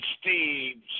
Steve